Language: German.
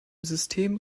system